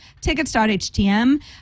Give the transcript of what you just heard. tickets.htm